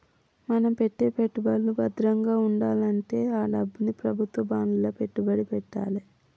మన పెట్టే పెట్టుబడులు భద్రంగా వుండాలంటే ఆ డబ్బుని ప్రభుత్వం బాండ్లలో పెట్టుబడి పెట్టాలే